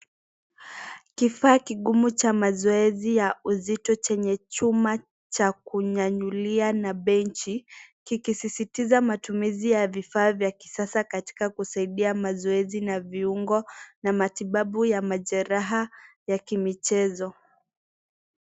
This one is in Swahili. Kifaa kigumu cha mazoezi ya uzito chenye chuma cha kunyanyulia na benchi, kikisisitiza matumizi ya vifaa ya kisasa katika kusaidia mazoezi na viungo na matibabu ya ya majeraha ya kimichezo.